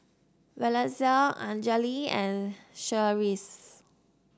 Valencia Anjali and Cherise